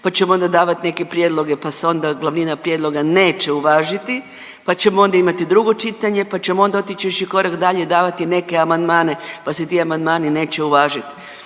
pa ćemo onda davat neke prijedloge, pa se onda glavnina prijedloga neće uvažiti, pa ćemo onda imati drugo čitanje, pa ćemo onda otić viši korak dalje i davati neke amandmane, pa se ti amandmani neće uvažit.